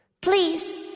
Please